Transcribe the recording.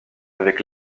avec